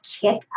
kick